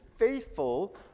Faithful